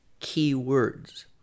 keywords